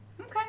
Okay